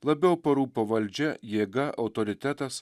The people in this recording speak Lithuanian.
labiau parūpo valdžia jėga autoritetas